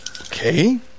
okay